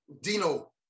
Dino